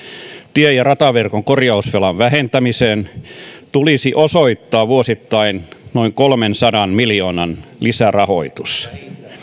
tie ja rataverkon korjausvelan vähentämiseen tulisi osoittaa vuosittain noin kolmensadan miljoonan lisärahoitus